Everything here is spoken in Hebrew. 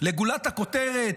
לגולת הכותרת,